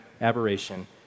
aberration